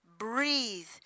Breathe